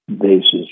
basis